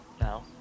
now